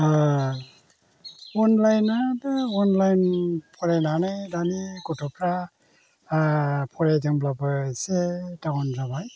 अनलाइनआ दा अनलाइन फरायनानै दानि गथ'फ्रा फरायदोंब्लाबो एसे डाउन जाबाय